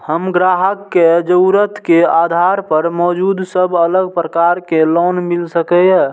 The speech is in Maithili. हम ग्राहक के जरुरत के आधार पर मौजूद सब अलग प्रकार के लोन मिल सकये?